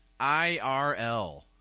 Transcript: IRL